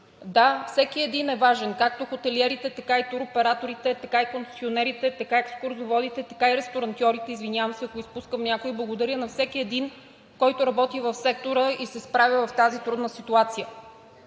Да, всеки един е важен – както хотелиерите, така и туроператорите, така и концесионерите, така и екскурзоводите, така и ресторантьорите – извинявам се, ако изпускам някой, благодаря на всеки един, който работи в сектора и се справя в тази трудна ситуация,